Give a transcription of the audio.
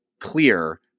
clear